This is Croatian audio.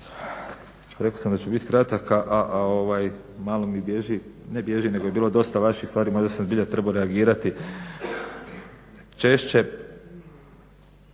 Rekao sam da ću biti kratak, a ovaj malo mi bježi, ne bježi nego je bilo dosta vaših svari. Možda sam zbilja trebao reagirati češće.